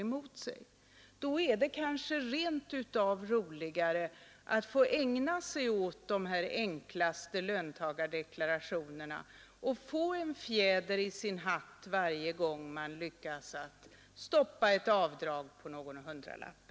Då är det kanske rent av roligare att ägna sig åt de här enklaste löntagardeklarationerna och få en fjäder i sin hatt varje gång man lyckas stoppa ett avdrag på någon hundralapp.